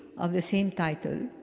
of the same title,